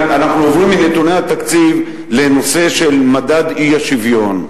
אנחנו עוברים מנתוני התקציב לנושא מדד האי-שוויון.